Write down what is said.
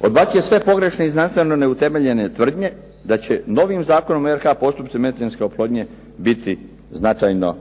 odbacuje sve pogrešne i znanstveno neutemeljene tvrdnje da će novim zakonom u Republici Hrvatskoj postupci medicinske oplodnje biti značajno